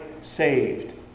saved